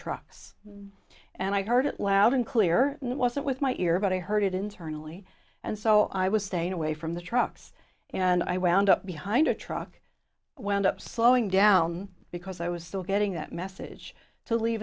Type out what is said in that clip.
trucks and i heard it loud and clear it wasn't with my ear but i heard it internally and so i was staying away from the trucks and i wound up behind a truck went up slowing down because i was still getting that message to leave